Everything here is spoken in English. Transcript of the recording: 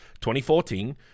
2014